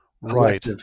Right